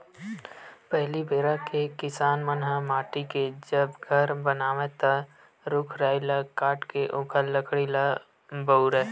पहिली बेरा के किसान मन ह माटी के जब घर बनावय ता रूख राई ल काटके ओखर लकड़ी ल बउरय